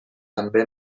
també